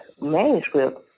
manuscript